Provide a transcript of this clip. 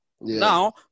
Now